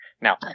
Now